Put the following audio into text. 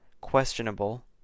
questionable